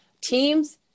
teams